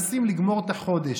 והם מנסים לגמור את החודש.